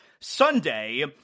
Sunday